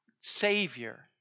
Savior